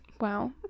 wow